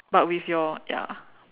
but with your ya